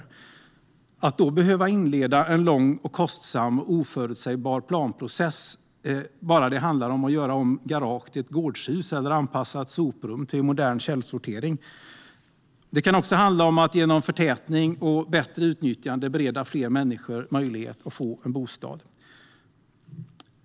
Varför ska man behöva inleda en lång, kostsam och oförutsägbar planprocess om det handlar om att göra om ett garage till ett gårdshus eller anpassa ett soprum till modern källsortering? Det kan också handla om att genom förtätning och bättre utnyttjande bereda fler människor möjlighet att få en bostad.